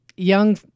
young